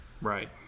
Right